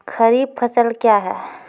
खरीफ फसल क्या हैं?